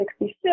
1966